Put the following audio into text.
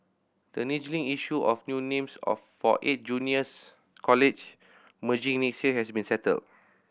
the niggling issue of new names of for eight juniors college merging has been settled